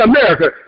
America